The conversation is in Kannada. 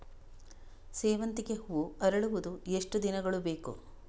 ಸೇವಂತಿಗೆ ಹೂವು ಅರಳುವುದು ಎಷ್ಟು ದಿನಗಳು ಬೇಕು?